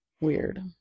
Weird